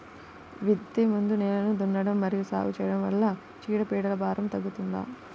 విత్తే ముందు నేలను దున్నడం మరియు సాగు చేయడం వల్ల చీడపీడల భారం తగ్గుతుందా?